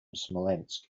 smolensk